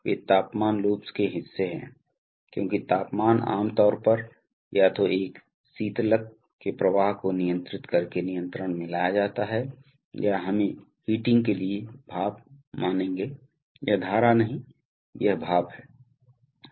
वे तापमान लूप्स के हिस्से हैं क्योंकि तापमान आमतौर पर या तो एक शीतलक के प्रवाह को नियंत्रित करके नियंत्रण में लाया जाता है या हमें हीटिंग के लिए भाप मानेगे यह धारा नहीं यह भाप है